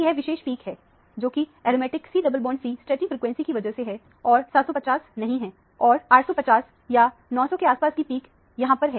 एकC double बॉन्डC stretching frequency की वजह से है और 750 के आसपास की पिक नहीं 750 नहीं 850 या 900 के आसपास की पिक यहां पर है